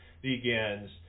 begins